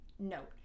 note